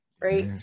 right